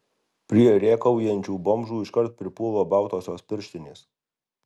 prie rėkaujančių bomžų iškart pripuola baltosios pirštinės